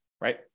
right